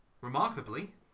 remarkably